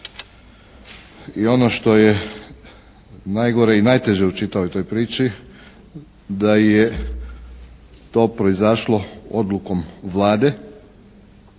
i ono što je najgore i najteže u čitavoj toj priči da je to proizašlo Odlukom Vlade.